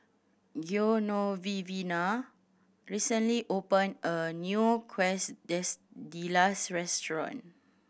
Genoveva recently opened a new Quesadillas restaurant